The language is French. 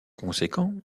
conséquent